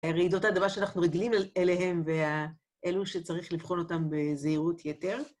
רעידות האדמה שאנחנו רגלים אליהם ואלו שצריך לבחון אותם בזהירות יותר.